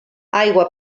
aigua